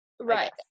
right